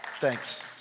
Thanks